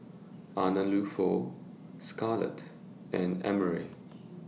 Arnulfo Scarlett and Emry